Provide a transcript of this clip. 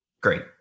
great